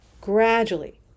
gradually